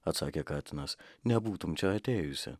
atsakė katinas nebūtum čia atėjusi